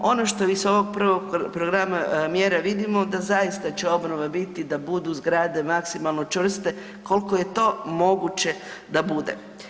Ono što mi iz ovog prvog programa mjera vidimo da zaista će obnova biti da budu zgrade maksimalno čvrste kolko je to moguće da bude.